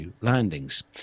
landings